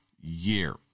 year